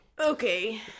Okay